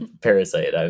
Parasite